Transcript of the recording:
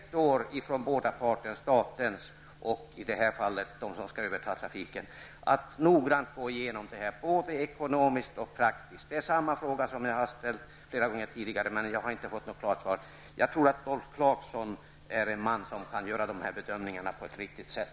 Skulle inte båda parter, staten och i det här fallet de som skall överta trafiken, kunna få noggrant gå igenom det hela ekonomiskt och praktiskt under ett år? Det är samma fråga som jag har ställt flera gånger tidigare, men jag har inte fått något klart svar. Jag tror att Rolf Clarkson är en man som kan göra dessa bedömningar på ett riktigt sätt.